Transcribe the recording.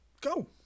go